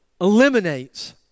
eliminates